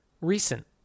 recent